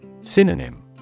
Synonym